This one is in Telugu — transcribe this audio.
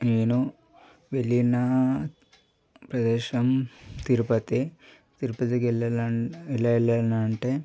నేను వెళ్ళిన ప్రదేశం తిరుపతి తిరుపతికెళ్ళిన ఎలా వెళ్ళానంటే